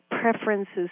preferences